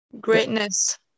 greatness